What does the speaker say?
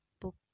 book